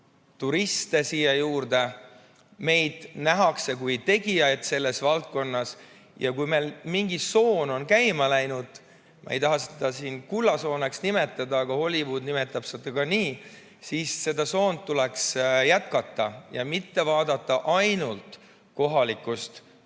turiste siia juurde. Meid nähakse kui tegijaid selles valdkonnas ja kui meil mingi soon on käima läinud – ma ei taha seda kullasooneks nimetada, aga Hollywood nimetab seda ka nii –, siis seda soont tuleks hoida ja mitte vaadata ainult kohalikust vaatepunktist.